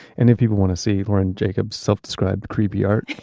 and if people want to see lauren jacob's self-described creepy art,